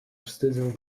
wstydzę